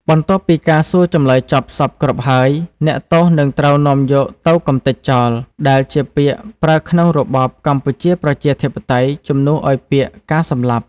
បន្ទាប់ពីការសួរចម្លើយចប់សព្វគ្រប់ហើយ អ្នកទោសនឹងត្រូវនាំយកទៅ “កម្ទេចចោល” ដែលជាពាក្យប្រើក្នុងរបបកម្ពុជាប្រជាធិបតេយ្យជំនួសឱ្យពាក្យ “ការសម្លាប់” ។